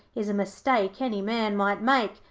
is a mistake any man might make,